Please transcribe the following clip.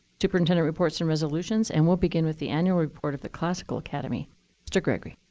superintendent reports and resolutions. and we'll begin with the annual report of the classical academy mr. gregory.